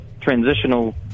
transitional